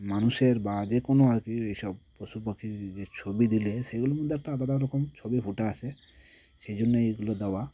মানুষের বা যে কোনো আর কি এই সব পশু পাখির এই যে ছবি দিলে সেগুলোর মধ্যে একটা আলাদা রকম ছবি ফুটে আসে সেই জন্যই এগুলো দেওয়া